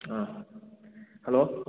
ꯑ ꯍꯜꯂꯣ